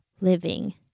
living